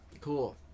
Cool